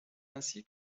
ainsi